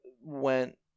went